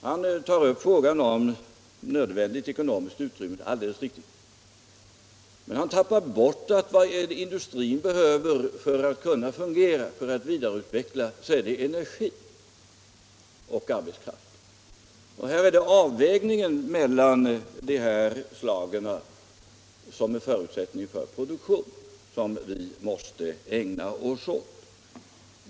Han tar upp frågan om nödvändigt ekonomiskt utrymme men tappar bort att vad industrin behöver för att kunna fungera och vidareutvecklas är energi och arbetskraft. Här är det avvägningen mellan båda dessa förutsättningar för produktion som vi måste ägna oss åt.